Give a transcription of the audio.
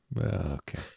okay